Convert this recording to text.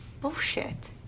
Bullshit